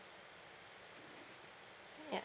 ya